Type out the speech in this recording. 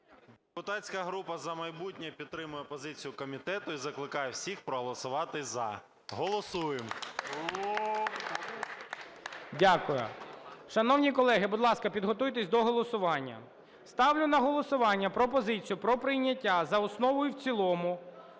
Депутатська група "За майбутнє" підтримує позицію комітету і закликає всіх проголосувати "за". Голосуємо. ГОЛОВУЮЧИЙ. Дякую. Шановні колеги, будь ласка, підготуйтесь до голосування. Ставлю на голосування пропозицію про прийняття за основу і в цілому